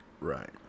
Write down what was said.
right